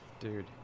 Dude